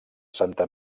santa